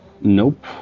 Nope